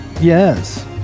Yes